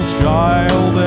child